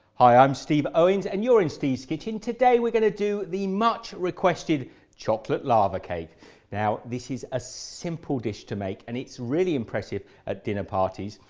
hi i'm steve owens and you're in steve's kitchen, today we are going to do the much requested chocolate lava cake now this is a simple dish to make and it's really impressive at dinner parties,